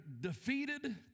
defeated